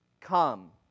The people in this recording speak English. come